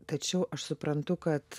tačiau aš suprantu kad